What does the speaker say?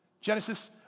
Genesis